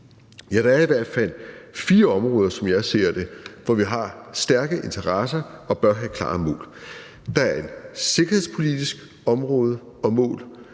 Der er i hvert fald fire områder, som jeg ser det, hvor vi har stærke interesser og bør have klare mål. Der er et sikkerhedspolitisk område og mål,